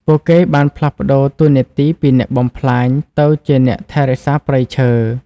ពួកគេបានផ្លាស់ប្តូរតួនាទីពីអ្នកបំផ្លាញទៅជាអ្នកថែរក្សាព្រៃឈើ។